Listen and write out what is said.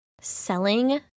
selling